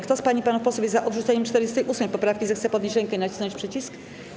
Kto z pań i panów posłów jest za odrzuceniem 48. poprawki, zechce podnieść rękę i nacisnąć przycisk.